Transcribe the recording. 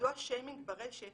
מדוע שיימינג ברשת